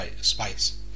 spice